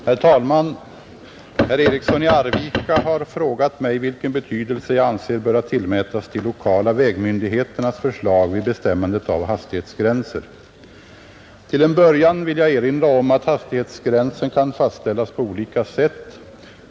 Herr talman! Herr Eriksson i Arvika har frågat mig vilken betydelse jag anser böra tillmätas de lokala vägmyndigheternas förslag vid bestämmandet av hastighetsgränser. Till en början vill jag erinra om att hastighetsgränsen kan fastställas på olika sätt.